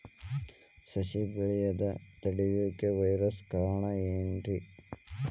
ಸಸಿ ಬೆಳೆಯುದ ತಡಿಯಾಕ ವೈರಸ್ ಕಾರಣ ಏನ್ರಿ?